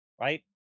right